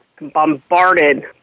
bombarded